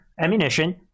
ammunition